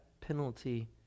penalty